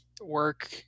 work